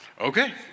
okay